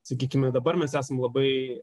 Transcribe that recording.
sakykime dabar mes esam labai